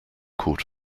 caught